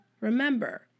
Remember